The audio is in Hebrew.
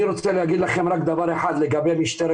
אני רוצה להגיד לכם רק דבר אחד לגבי משטרת